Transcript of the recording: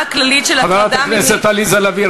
הכללית של הטרדה מינית" חברת הכנסת עליזה לביא,